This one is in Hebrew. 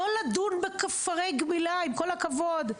לא לדון בכפרי גמילה, עם כל הכבוד.